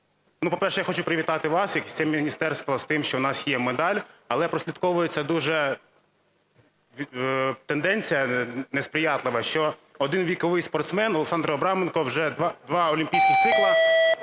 Ну, по-перше, я хочу привітати вас, як і все міністерство, з тим, що в нас є медаль, але прослідковується дуже тенденція несприятлива, що один віковий спортсмен Олександр Абраменко вже два олімпійських цикли,